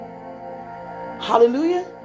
Hallelujah